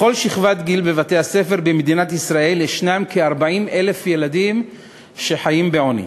בכל שכבת גיל בבתי-הספר במדינת ישראל יש כ-40,000 ילדים שחיים בעוני.